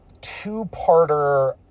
two-parter